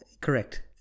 Correct